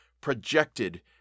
projected